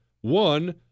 one